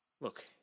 Look